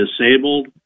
disabled